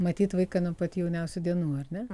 matyt vaiką nuo pat jauniausių dienų ar ne